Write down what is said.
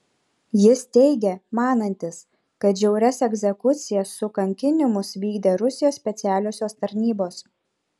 jis teigė manantis kad žiaurias egzekucijas su kankinimus vykdė rusijos specialiosios tarnybos